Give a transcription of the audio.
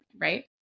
right